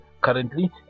currently